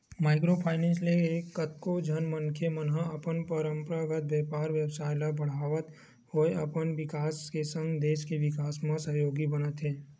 micro finance ले कतको झन मनखे मन ह अपन पंरपरागत बेपार बेवसाय ल बड़हात होय अपन बिकास के संग देस के बिकास म सहयोगी बनत हे